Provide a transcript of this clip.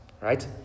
right